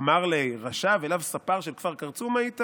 "אמר ליה רשע ולאו ספר של כפר קרצום היית